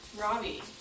Robbie